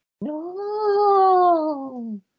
No